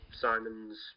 Simon's